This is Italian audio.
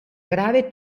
grave